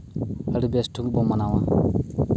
ᱟᱹᱰᱤ ᱵᱮᱥ ᱴᱷᱤᱠ ᱵᱚᱱ ᱢᱟᱱᱟᱣᱟ